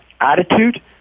attitude